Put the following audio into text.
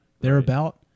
thereabout